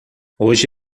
hoje